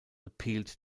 appealed